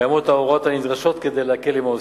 קיימות ההוראות הנדרשות כדי להקל עם העוסקים.